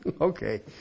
Okay